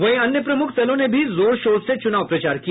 वहीं अन्य प्रमुख दलों ने भी जोर शोर से चुनाव प्रचार किया